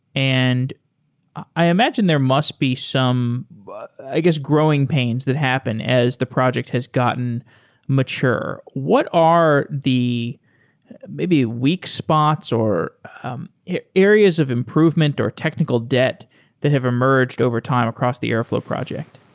and i imagine there must be some i guess growing pains that happen as the project has gotten mature. what are the maybe weak spots or um areas of improvement or technical debt that have emerged over time across the airflow project?